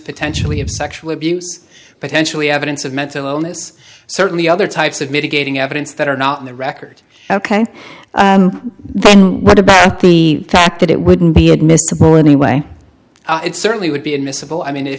potentially of sexual abuse potentially evidence of mental illness certainly other types of mitigating evidence that are not in the record ok then what about the fact that it wouldn't be admissible anyway it certainly would be admissible i mean